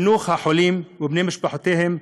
חינוך החולים ובני משפחותיהם,